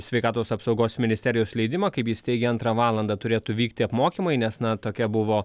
sveikatos apsaugos ministerijos leidimo kaip jis teigė antrą valandą turėtų vykti apmokymai nes na tokia buvo